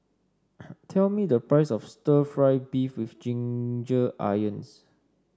tell me the price of stir fry beef with Ginger Onions